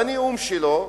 בנאום שלו,